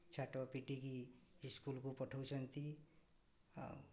ଛାଟ ପିଟିକି ସ୍କୁଲ୍କୁ ପଠାଉଛନ୍ତି ଆଉ